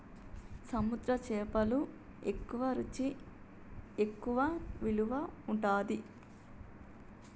సముద్ర చేపలు ఎక్కువ రుచి ఎక్కువ విలువ ఉంటది